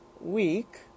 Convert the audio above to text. week